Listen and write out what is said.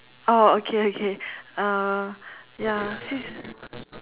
oh okay okay uh ya this